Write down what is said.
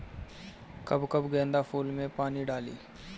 कब कब गेंदा फुल में पानी डाली?